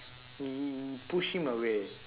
he he pushed him away